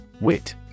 Wit